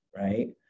right